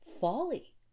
folly